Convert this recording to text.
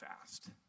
fast